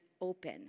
open